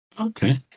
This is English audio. Okay